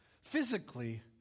physically